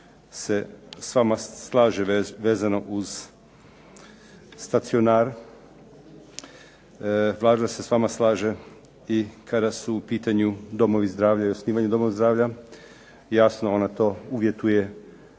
se s vama slaže vezano uz stacionar. Vlada se s vama slaže i kada su u pitanju i domovi zdravlja i osnivanje doma zdravlja. Jasno ona to uvjetuje